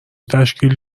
تشکیل